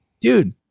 dude